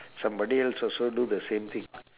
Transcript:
somebody else also do the same thing